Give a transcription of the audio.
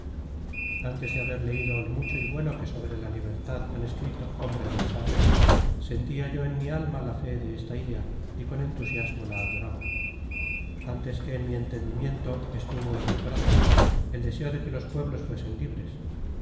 antes de haber leído lo mucho y bueno que sobre la libertad han escrito hombres muy sabios sentía yo en mi alma la fe de esta idea y con entusiasmo la adoraba antes que en mi entendimiento estuvo en mi corazón el deseo de que los pueblos fuesen libres